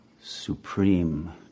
supreme